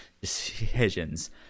decisions